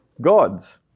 gods